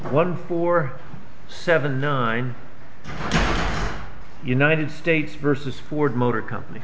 one four seven nine united states versus ford motor company